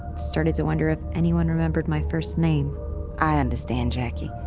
starting to wonder if anyone remembers my first name i understand, jacki.